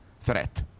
threat